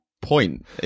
point